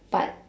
but